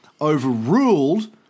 overruled